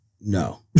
No